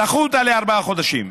דחו אותה בארבעה חודשים,